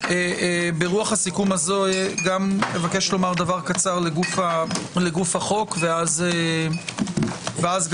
ברוח הסיכום הזה גם אבקש לומר דבר קצר לגוף החוק ואז גם